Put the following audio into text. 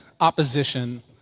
opposition